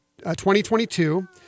2022